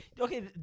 okay